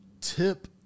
Tip